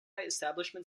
establishment